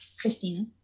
Christina